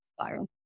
spiral